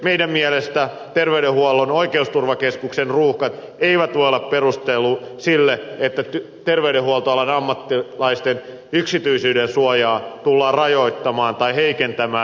meidän mielestämme terveydenhuollon oikeusturvakeskuksen ruuhkat eivät voi olla perustelu sille että terveydenhuoltoalan ammattilaisten yksityisyyden suojaa tullaan rajoittamaan tai heikentämään